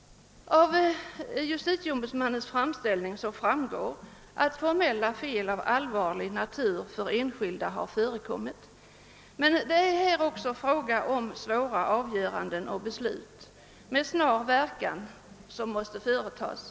Av justitieombudsmannens framställning framgår att formella fel av allvarlig natur för enskilda har förekommit, men här är det också fråga om svåra avgöranden och beslut med snar verkan som måste fattas.